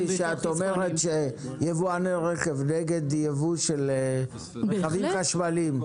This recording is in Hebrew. כשאת אומרת שיבואני רכב נגד יבוא של רכבים חשמליים,